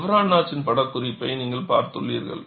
chevron நாட்ச்சின் படக் குறிப்பை நீங்கள் பார்த்துள்ளீர்கள்